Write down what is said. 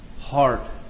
heart